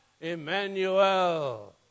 Emmanuel